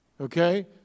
Okay